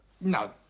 No